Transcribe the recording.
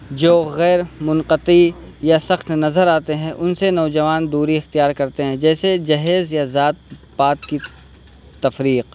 جو غیر منقطی یا سخت نظر آتے ہیں ان سے نوجوان دوری اختیار کرتے ہیں جیسے جہیز یا ذات پات کی تفریق